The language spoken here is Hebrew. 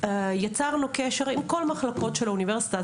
יצרנו קשר עם כל המחלקות של האוניברסיטה.